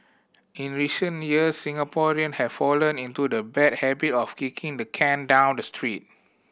in recent years Singaporean have fallen into the bad habit of kicking the can down the street